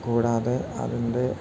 കൂടാതെ അതിൻ്റെ